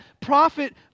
prophet